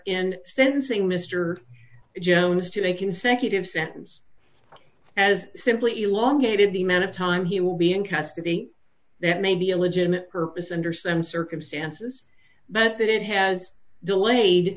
in sentencing mr jones to a consecutive sentence as simply elongated the man of time he will be in custody that may be a legitimate purpose under some circumstances but if it has delayed